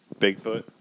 Bigfoot